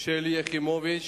שלי יחימוביץ